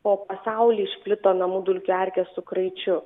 po pasaulį išplito namų dulkių erkė su kraičiu